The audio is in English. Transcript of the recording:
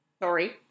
Sorry